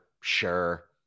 Sure